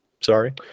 sorry